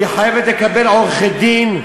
היא חייבת לקבל עורכי-דין,